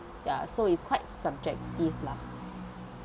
ya so it's quite subjective lah